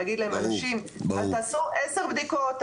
להגיד להם אנשים תעשו עשר בדיקות.